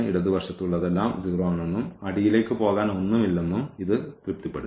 ഇടതുവശത്ത് ഉള്ളതെല്ലാം 0 ആണെന്നും അടിയിലേക്ക് പോകാൻ ഒന്നുമില്ലെന്നും ഇത് തൃപ്തിപ്പെടുത്തി